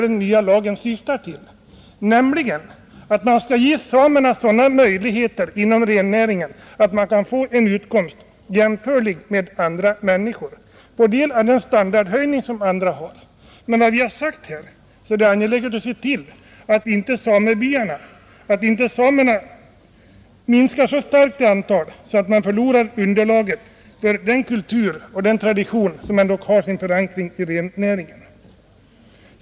Den nya lagen syftar nämligen till att man skall ge samerna sådana möjligheter inom rennäringen att de kan få en utkomst jämförlig med andra människors och den standardhöjning som andra har. Som jag har sagt här tidigare är det angeläget att se till att inte samerna minskar så starkt i antal att de förlorar underlaget för den kultur och den tradition som ändå har sin förankring i rennäringen.